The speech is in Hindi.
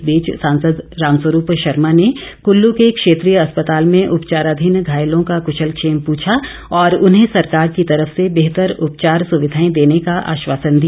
इस बीच सांसद रामस्वरूप शर्मा ने कुल्लू के क्षेत्रीय अस्पताल में उपचाराधीन घायलों का कुशलक्षेम पूछा और उन्हें सरकार की तरफ से बेहतर उपचार सुविधाएं देने का आश्वासन दिया